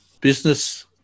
business